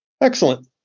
Excellent